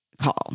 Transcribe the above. call